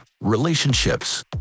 relationships